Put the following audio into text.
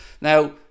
now